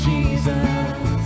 Jesus